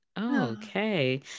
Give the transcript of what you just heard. Okay